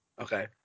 Okay